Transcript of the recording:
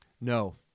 No